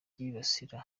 byibasira